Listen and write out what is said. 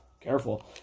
careful